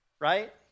right